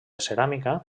ceràmica